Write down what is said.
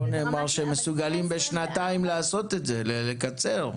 פה נאמר שהם מסוגלים לעשות את זה בשנתיים, לקצר.